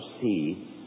see